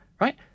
right